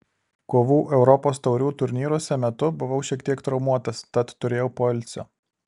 kovų europos taurių turnyruose metu buvau šiek tiek traumuotas tad turėjau poilsio